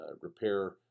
repair